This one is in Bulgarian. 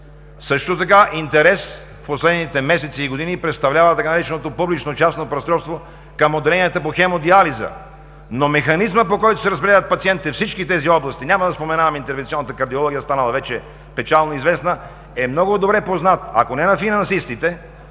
Също така интерес в последните месеци и години представлява така нареченото „публично-частно партньорство“ към отделенията по хемодиализа. Но механизмът, по който се разпределят пациентите във всички тези области – няма да споменавам интервенционната кардиология, станала вече печално известна, е много добре познат, ако не на финансистите,